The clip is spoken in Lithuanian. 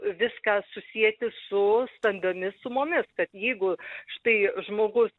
viską susieti su stambiomis sumomis kad jeigu štai žmogus